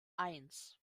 eins